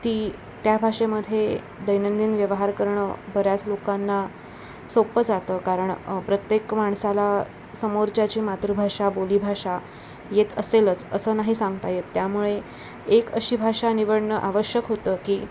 ती त्या भाषेमध्ये दैनंदिन व्यवहार करणं बऱ्याच लोकांना सोपं जातं कारण प्रत्येक माणसाला समोरच्याची मातृभाषा बोलीभाषा येत असेलच असं नाही सांगता येत त्यामुळे एक अशी भाषा निवडणं आवश्यक होतं की